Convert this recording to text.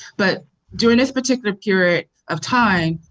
but during this particular period of time,